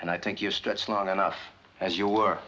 and i think you stretched long enough as you were